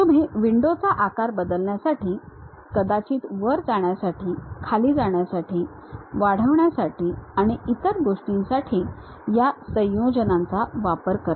तुम्ही विंडो चा आकार बदलण्यासाठी कदाचित वर जाण्यासाठी खाली जाण्यासाठी वाढवण्यासाठी आणि इतर गोष्टींसाठी या संयोजनांचा वापर करता